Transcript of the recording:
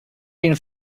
being